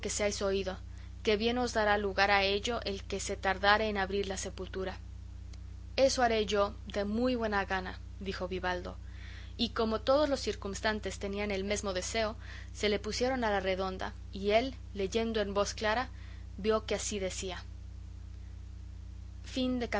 oído que bien os dará lugar a ello el que se tardare en abrir la sepultura eso haré yo de muy buena gana dijo vivaldo y como todos los circunstantes tenían el mesmo deseo se le pusieron a la redonda y él leyendo en voz clara vio que así decía capítulo xiv